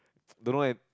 don't know eh